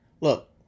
Look